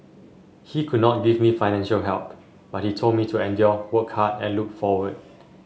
he could not give me financial help but he told me to endure work hard and look forward